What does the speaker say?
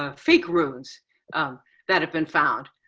ah fake runes um that have been found,